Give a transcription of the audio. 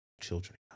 children